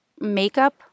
makeup